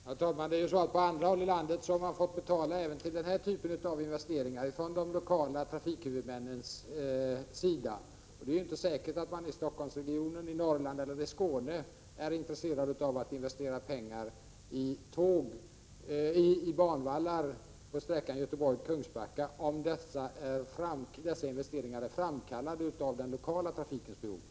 Herr talman! På andra håll i landet har de lokala trafikhuvudmännen fått betala även den här typen av investeringar. Det är ju inte säkert att man i Stockholmsregionen, i Norrland eller i Skåne är intresserad av att investera pengar i banvallar på sträckan Göteborg-Kungsbacka, om dessa investeringar är framkallade av den lokala trafikens behov.